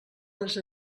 les